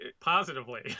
positively